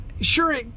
Sure